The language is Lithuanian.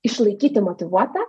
išlaikyti motyvuotą